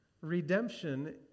Redemption